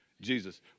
Jesus